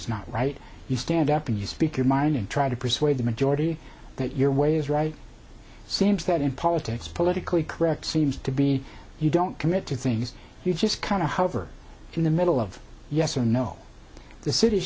is not right you stand up and you speak your mind and try to persuade the majority that your way is right seems that in politics politically correct seems to be you don't commit to things you just kind of hover in the middle of yes or no the city